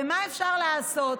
ומה אפשר לעשות